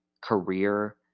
career